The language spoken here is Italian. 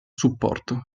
supporto